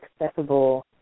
accessible